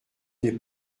n’est